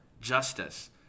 justice